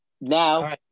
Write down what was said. Now